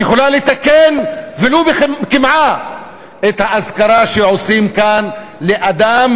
יכולה לתקן ולו קמעה את האזכרה שעושים כאן לאדם